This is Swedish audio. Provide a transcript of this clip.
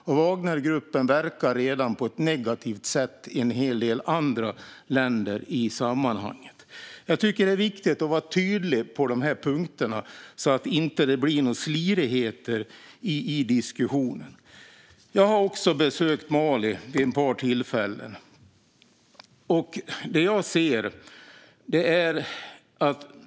Wagnergruppen verkar redan på ett negativt sätt i en hel del andra länder. Det är viktigt att vara tydlig på dessa punkter så att det inte blir slirigheter i diskussionen. Jag har också besökt Mali vid ett par tillfällen.